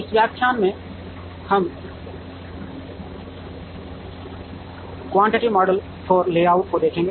इस व्याख्यान में हम क्वांटिटेटिव मॉडल फॉर लेआउट को देखते हैं